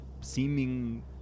Seeming